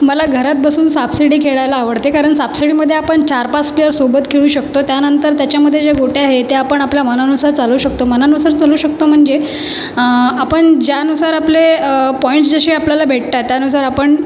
मला घरात बसून सापशिडी खेळायला आवडते कारण सापशिडीमध्ये आपण चार पाच प्लेयरसोबत खेळू शकतो त्यानंतर त्याच्यामध्ये ज्या गोट्या आहे त्या आपण आपल्या मनानुसार चालवू शकतो मनानुसार चालवू शकतो म्हणजे आपण ज्यानुसार आपले पॉइंट जसे आपल्याला भेटतात त्यानुसार आपण